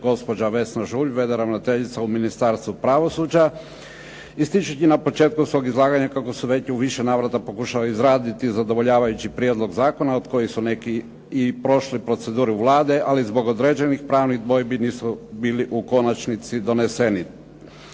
gospođa Vesna Žulj, v.d. ravnateljica u MInistarstvu pravosuđa. …/Govornik se ne razumije./… na početku svog izlaganja kako su već u više navrata pokušali izraditi zadovoljavajući prijedlog zakona od kojih su neki i prošli proceduru Vlade, ali zbog određenih pravnih dvojbi nisu bili u konačnici doneseni.